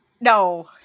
No